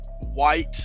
White